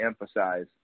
emphasize